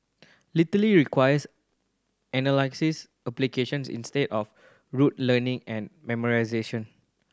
requires analysis applications instead of rote learning and memorisation